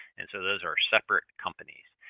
and so, those are separate companies.